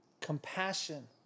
compassion